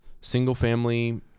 single-family